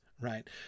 right